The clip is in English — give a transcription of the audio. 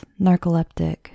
narcoleptic